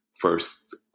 first